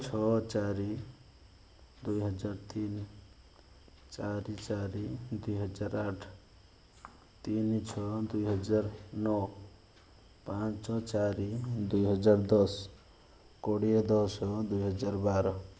ଛ ଚାରି ଦୁଇ ହଜାର ତିନି ଚାରି ଚାରି ଦୁଇ ହଜାର ଆଠ ତିନି ଛ ଦୁଇ ହଜାର ନଅ ପାଞ୍ଚ ଚାରି ଦୁଇ ହଜାର ଦଶ କୋଡ଼ିଏ ଦଶ ଦୁଇ ହଜାର ବାର